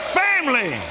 family